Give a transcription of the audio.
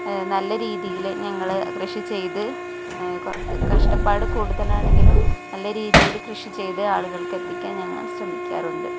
നല്ല രീതിയില് ഞങ്ങള് കൃഷി ചെയ്ത് കഷ്ടപ്പാട് കൂടുതലാണെങ്കിലും നല്ല രീതിയില് കൃഷി ചെയ്ത് ആളുകൾക്ക് എത്തിക്കാൻ ഞങ്ങൾ ശ്രമിക്കാറുണ്ട്